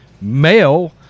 male